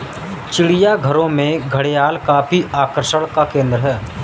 चिड़ियाघरों में घड़ियाल काफी आकर्षण का केंद्र है